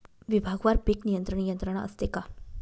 विभागवार पीक नियंत्रण यंत्रणा असते का?